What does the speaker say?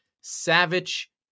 Savage